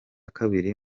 kabiri